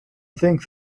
think